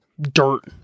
dirt